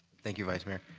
thank you, vice mayor.